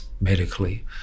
medically